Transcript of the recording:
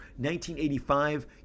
1985